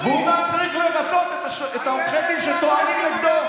והוא גם צריך לרצות את עורכי הדין שטוענים נגדו,